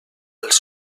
els